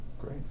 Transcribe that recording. great